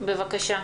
בבקשה.